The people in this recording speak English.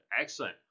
Excellent